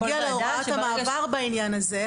נגיע להוראת המעבר בעניין הזה.